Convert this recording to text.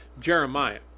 Jeremiah